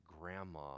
grandma